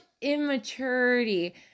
immaturity